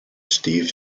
steve